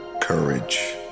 courage